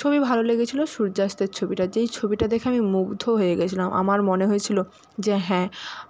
ছবি ভালো লেগেছিলো সূর্যাস্তের ছবিটা যেই ছবিটা দেখে আমি মুগ্ধ হয়ে গেছিলাম আমার মনে হয়েছিল যে হ্যাঁ